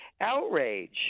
outrage